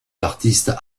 d’artiste